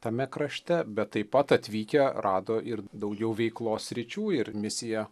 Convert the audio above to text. tame krašte bet taip pat atvykę rado ir daugiau veiklos sričių ir misija